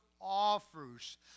offers